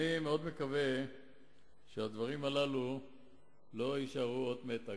אני מקווה מאוד שהדברים הללו לא יישארו אות מתה.